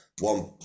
one